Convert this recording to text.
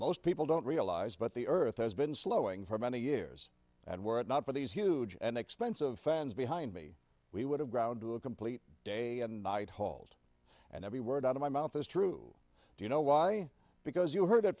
most people don't realize but the earth has been slowing for many years and were it not for these huge and expense of fans behind me we would have ground to a complete day and night hauled and every word out of my mouth is true do you know why because you heard